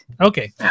Okay